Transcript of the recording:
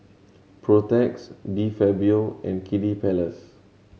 Protex De Fabio and Kiddy Palace